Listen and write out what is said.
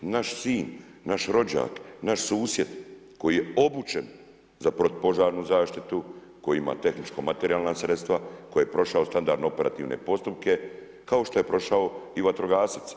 Naš sin, naš rođak, naš susjed koji je obučen za protupožarnu zaštitu, koji ima tehničko-materijalna sredstva, koji je prošao standardne operativne postupke kao što je prošao i vatrogasac.